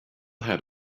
had